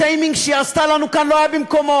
השיימינג שהיא עשתה לנו כאן לא היה במקומו,